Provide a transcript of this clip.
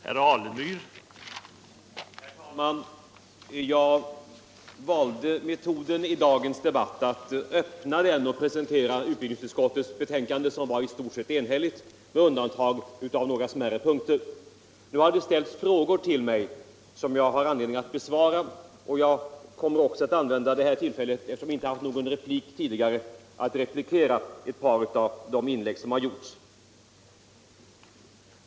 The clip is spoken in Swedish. Herr talman! Jag valde i dagens debatt metoden att öppna den och presentera utbildningsutskottets betänkande, som var i stort sett enhälligt med undantag av några smärre punkter. Nu har det ställts frågor till mig som jag har anledning att besvara. Jag kommer också att använda det här tillfället, eftersom jag inte haft någon replik tidigare, till att replikera ett par av de inlägg som gjorts.